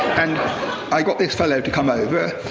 and i got this fellow to come over,